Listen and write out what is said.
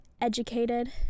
educated